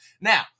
Now